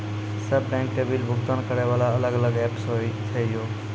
सब बैंक के बिल भुगतान करे वाला अलग अलग ऐप्स होय छै यो?